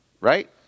right